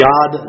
God